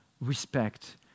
respect